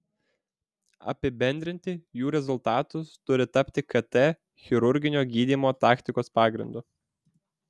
apibendrinti jų rezultatai turi tapti kt chirurginio gydymo taktikos pagrindu